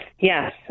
Yes